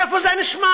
איפה זה נשמע?